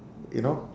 you know